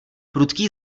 prudký